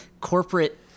corporate